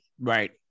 Right